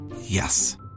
Yes